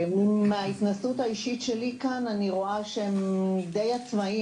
מההתנסות האישית שלי אני רואה שהמשפחות די עצמאיות